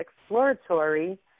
exploratory